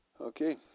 okay